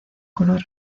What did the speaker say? color